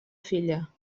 filla